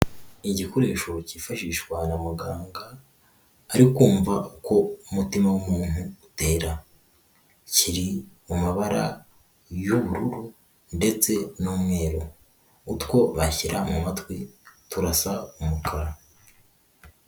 Igikoresho cyifashishwa na muganga ari kumva uko umutima w'umuntu utera, kiri mu mabara y'ubururu ndetse n'umweru, utwo banshyira mu matwi turasa umukara.